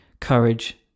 Courage